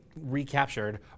recaptured